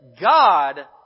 God